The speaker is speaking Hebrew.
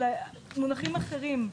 ולמונחים אחרים.